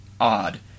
odd